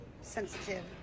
sensitive